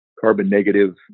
carbon-negative